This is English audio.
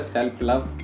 Self-love